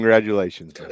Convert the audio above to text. Congratulations